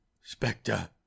Spectre